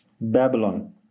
Babylon